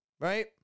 right